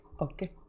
Okay